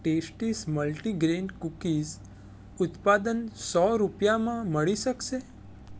tests multigrain cookies ઉત્પાદન સો રૂપિયામાં મળી શકશે